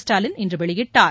ஸ்டாலின் இன்று வெளியிட்டார்